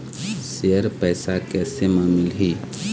Share पैसा कैसे म मिलही?